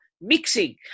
Mixing